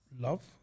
love